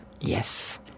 Yes